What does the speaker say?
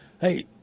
Hey